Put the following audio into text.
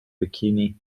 bikini